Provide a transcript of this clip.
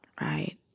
right